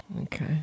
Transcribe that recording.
Okay